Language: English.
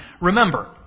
Remember